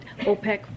opec